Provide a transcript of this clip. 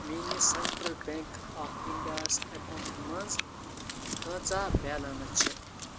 میٛٲنِس central bank of اِنٛڈیاس accounts منٛز کۭژاہ بیلنٕس چھِ